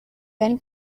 then